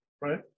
right